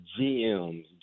GMs